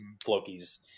Floki's